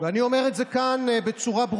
ההעלאה עכשיו ל-70% היא צעד בכיוון הנכון,